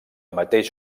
mateix